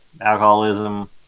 alcoholism